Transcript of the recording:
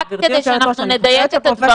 רק כדי שאנחנו נדייק את הדברים --- גברתי היושבת-ראש,